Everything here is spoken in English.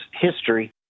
history